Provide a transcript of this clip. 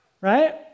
Right